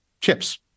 chips